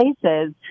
places